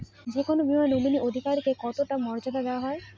যে কোনো বীমায় নমিনীর অধিকার কে কতটা মর্যাদা দেওয়া হয়?